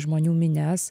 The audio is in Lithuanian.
žmonių minias